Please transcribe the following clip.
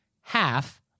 half